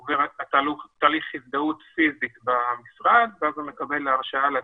של ועידה חזותית למי שמגיש את הבקשה לקבל הרשאה להזדהות.